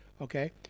Okay